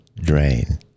drain